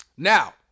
Now